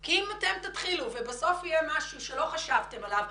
כי אם אתם תתחילו ובסוף יהיה משהו שלא חשבתם עליו,